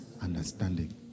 understanding